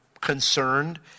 concerned